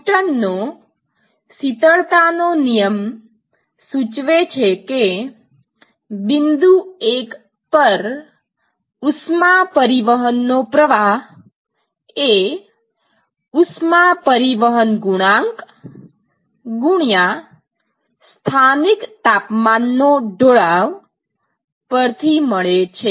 ન્યૂટનનો શીતળતાનો નિયમ સૂચવે છે કે બિંદુ 1 પર ઉષ્મા પરિવહન નો પ્રવાહ એ ઉષ્મા પરિવહન ગુણાંક ગુણ્યાં સ્થાનિક તાપમાન નો ઢોળાવ પરથી મળે છે